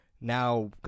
now